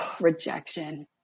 rejection